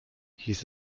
hieß